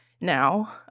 now